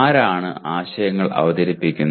ആരാണ് ആശയങ്ങൾ അവതരിപ്പിക്കുന്നത്